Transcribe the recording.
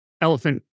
elephant